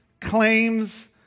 claims